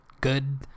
good